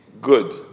good